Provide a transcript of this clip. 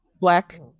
black